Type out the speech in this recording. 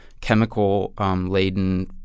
chemical-laden